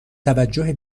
توجه